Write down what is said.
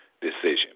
decision